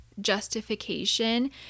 justification